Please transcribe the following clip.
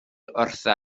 wrtha